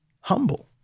humble